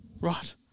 Right